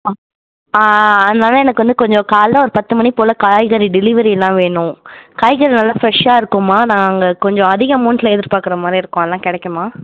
ஆ அதனால எனக்கு வந்து கொஞ்சம் காலைல ஒரு பத்து மணி போல் காய்கறி டெலிவரி எல்லாம் வேணும் காய்கறி நல்லா ஃப்ரெஷ்ஷாக இருக்குமா நாங்கள் கொஞ்சம் அதிகம் அமௌண்ட்டில் எதிர்பார்க்குற மாதிரி இருக்கும் அதலாம் கிடைக்குமா